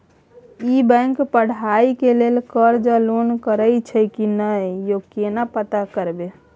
ई bank पढ़ाई के लेल कर्ज आ लोन करैछई की नय, यो केना पता करबै?